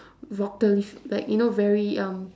voca~ like you know very um